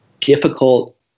difficult